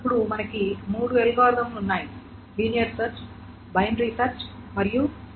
అప్పుడు మనకు మూడు అల్గోరిథంలు ఉన్నాయి లీనియర్ సెర్చ్ బైనరీ సెర్చ్ మరియు ఇండెక్స్ సెర్చ్